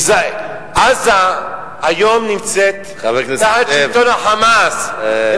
עזה היום נמצאת תחת שלטון ה"חמאס" חבר הכנסת זאב.